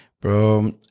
bro